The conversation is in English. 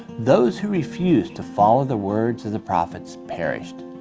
those who refused to follow the words of the prophets perished.